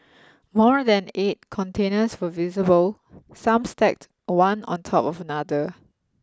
more than eight containers were visible some stacked one on top of another